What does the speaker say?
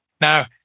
Now